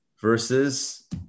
versus